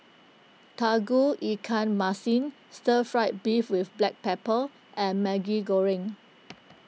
Tauge Ikan Masin Stir Fry Beef with Black Pepper and Maggi Goreng